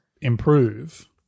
improve